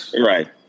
Right